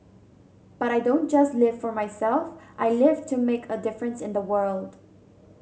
but I don't just live for myself I live to make a difference in the world